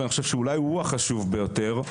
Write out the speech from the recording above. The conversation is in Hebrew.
ואני חושב שאולי הוא החשוב ביותר,